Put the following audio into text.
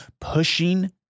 pushing